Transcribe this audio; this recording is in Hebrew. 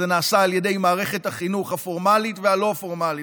זה נעשה על ידי מערכת החינוך הפורמלית והלא-הפורמלית,